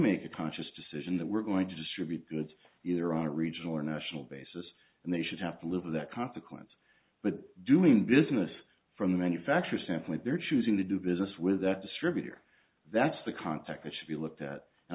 make a conscious decision that we're going to distribute goods either on a regional or national basis and they should have to live with that consequence but doing business from the manufacturer standpoint they're choosing to do business with that distributor that's the context that should be looked at and